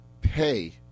pay